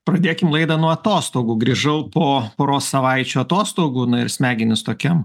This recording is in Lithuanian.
pradėkim laidą nuo atostogų grįžau po poros savaičių atostogų na ir smegenys tokiam